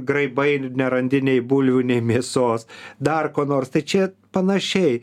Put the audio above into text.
graibai nerandi nei bulvių nei mėsos dar ko nors tai čia panašiai